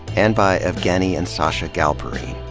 and by evgueni and sacha galperine.